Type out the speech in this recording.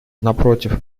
напротив